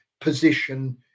position